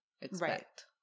expect